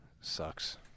sucks